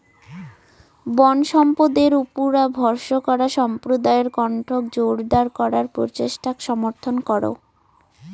বনসম্পদের উপুরা ভরসা করা সম্প্রদায়ের কণ্ঠক জোরদার করার প্রচেষ্টাক সমর্থন করো